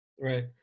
right